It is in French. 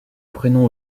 prénom